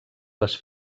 les